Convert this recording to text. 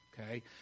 okay